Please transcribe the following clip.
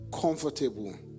comfortable